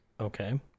Okay